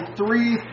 three